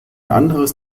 anderes